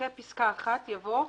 אחרי פסקה (1) יבוא: